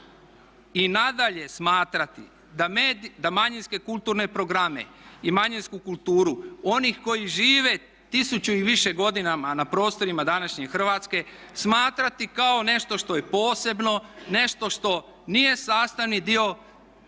i nadalje smatrati da manjinske kulturne programe i manjinsku kulturu onih koji žive 1000 i više godina na prostorima današnje Hrvatske smatrati kao nešto što je posebno, nešto što nije sastavni dio kulture